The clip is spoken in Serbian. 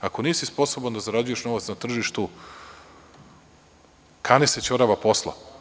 Ako nisi sposoban da zarađuješ novac na tržištu, kani se ćorava posla.